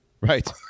right